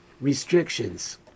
restrictions